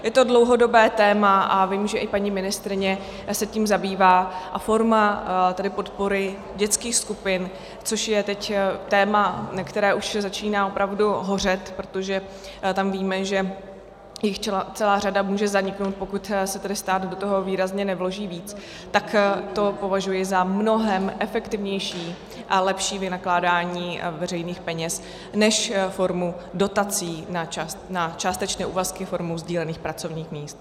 Je to dlouhodobé téma a vím, že i paní ministryně se tím zabývá, a forma podpory dětských skupin, což je teď téma, které začíná už opravdu hořet, protože tam víme, že jich celá řada může zaniknout, pokud se do toho stát výrazně nevloží víc, tak to považuji za mnohem efektivnější a lepší vynakládání veřejných peněz než formu dotací na částečné úvazky formou sdílených pracovních míst.